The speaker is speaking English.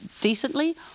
decently